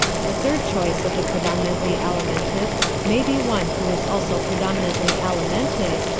the third choice of the predominantly alimentive may be one who is also predominantly alimentive,